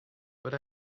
but